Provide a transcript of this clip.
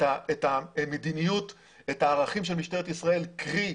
את המדיניות, את הערכים של משטרת ישראל, קרי,